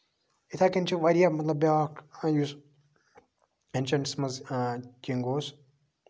یِتھٕے کٔنۍ چھُ واریاہ مطلب بیاکھ یُس ایٚنشنٹَس منٛز کِنگ اوس